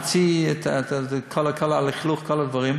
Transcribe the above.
מוציאים את כל הלכלוך, כל הדברים.